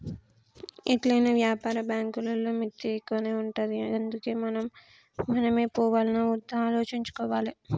ఎట్లైనా వ్యాపార బాంకులల్ల మిత్తి ఎక్కువనే ఉంటది గందుకే మనమే పోవాల్నా ఒద్దా ఆలోచించుకోవాలె